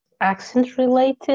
Accent-related